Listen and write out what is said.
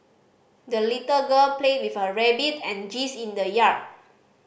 the little girl played with her rabbit and in the yard